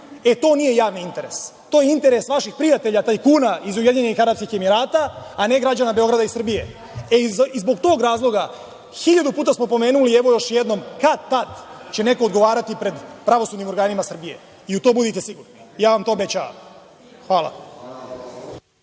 e, to nije javni interes. To je interes vaših prijatelja tajkuna iz UAE, a ne građana Beograda i Srbije. Iz tog razloga, hiljadu puta smo pomenuli, evo, još jednom, kad, tad će neko odgovarati pred pravosudnim organima Srbije i u to budite sigurni. Ja vam to obećavam. Hvala.